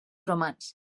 romans